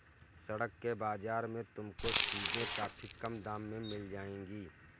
सड़क के बाजार में तुमको चीजें काफी कम दाम में मिल जाएंगी